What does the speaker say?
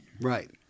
Right